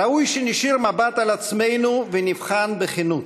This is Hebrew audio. ראוי שנישיר מבט על עצמנו ונבחן בכנות: